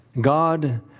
God